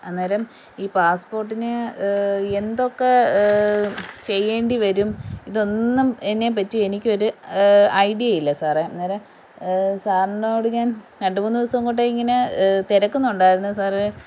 അന്നേരം ഈ പാസ്പോർട്ടിന് എന്തൊക്കെ ചെയ്യേണ്ടി വരും ഇതൊന്നും ഇതിനെപ്പറ്റി എനിക്കൊരു ഐഡിയ ഇല്ല സാറേ അന്നേരം സാറിനോട് ഞാൻ രണ്ടു മൂന്ന് ദിവസം കൊണ്ടേ ഇങ്ങനെ തെരക്കുന്നുണ്ടായിരുന്നു സാറേ